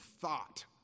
thought